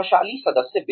प्रतिभाशाली सदस्य